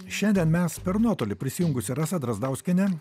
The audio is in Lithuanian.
šiandien mes per nuotolį prisijungusi rasa drazdauskienė